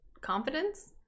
confidence